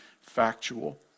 factual